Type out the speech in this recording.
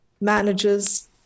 manages